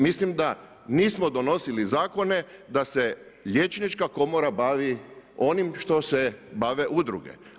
Mislim da nismo donosili zakone da se liječnička komora bavi onim što se bave udruge.